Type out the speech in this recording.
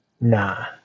Nah